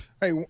Hey